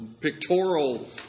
pictorial